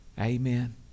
Amen